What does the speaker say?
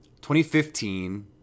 2015